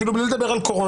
אפילו בלי לדבר על קורונה